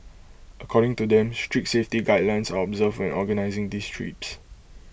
according to them strict safety guidelines are observed when organising these trips